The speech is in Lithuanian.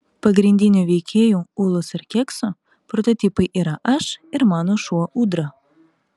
pagrindinių veikėjų ūlos ir kekso prototipai yra aš ir mano šuo ūdra